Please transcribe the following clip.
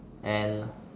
and